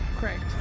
Correct